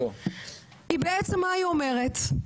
בעצם מה היא אומרת?